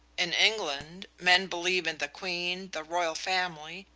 in england men believe in the queen, the royal family,